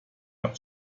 habt